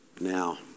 Now